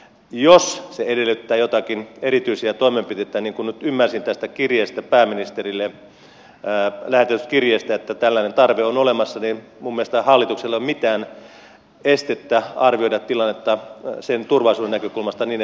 jos se edellyttää joitakin erityisiä toimenpiteitä niin kuin nyt ymmärsin tästä pääministerille lähetetystä kirjeestä että tarve on olemassa niin minun mielestä hallituksella ei ole mitään estettä arvioida tilannetta turvallisuuden näkökulmasta niin että se parantuu